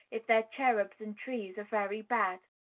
if their cherubs and trees are very bad.